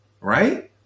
Right